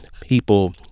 people